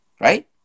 right